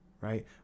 right